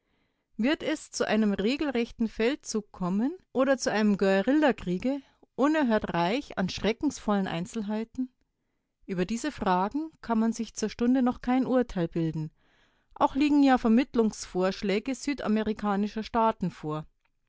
wird es zu einem regelrechten feldzuge kommen oder zu einem guerillakriege unerhört reich an schreckensvollen einzelheiten über diese fragen kann man sich zur stunde noch kein urteil bilden auch liegen ja vermittlungsvorschläge südamerikanischer staaten vor